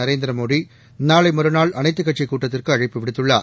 நரேந்திர மோடி நாளை மறுநாள் அனைத்துக் கட்சிக்கூட்டத்திற்கு அழைப்பு விடுத்துள்ளார்